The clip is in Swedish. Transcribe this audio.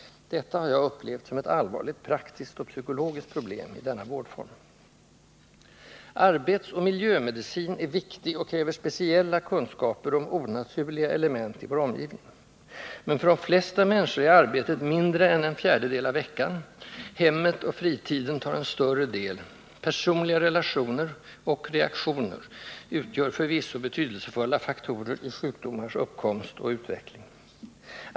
Detta har jag upplevt som ett allvarligt praktiskt, psykologiskt problem i denna vårdform. Arbetsoch miljömedicin är viktig och kräver speciella kunskaper om ”onaturliga” element i vår omgivning. Men för de flesta människor är arbetet mindre än en fjärdedel av veckan. Hemmet och fritiden tar en större del: personliga relationer och reaktioner utgör förvisso betydelsefulla faktorer i sjukdomars uppkomst och utveckling.